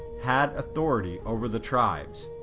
had authority over the tribes.